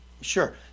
Sure